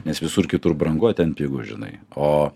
nes visur kitur brangu o ten pigu žinai o